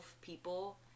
people